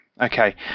Okay